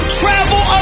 travel